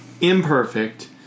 imperfect